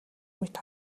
мэт